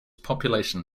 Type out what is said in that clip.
population